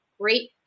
great